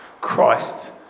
Christ